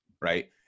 right